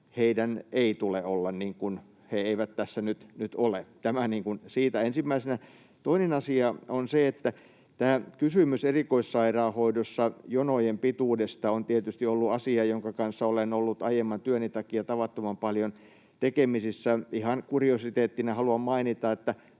heidän ei tule olla, niin kuin he eivät tässä nyt ole. Tämä siitä ensimmäisenä. Toinen asia on se, että tämä kysymys jonojen pituudesta erikoissairaanhoidossa on tietysti ollut asia, jonka kanssa olen ollut aiemman työni takia tavattoman paljon tekemisissä. Ihan kuriositeettina haluan mainita,